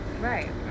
Right